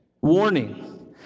Warning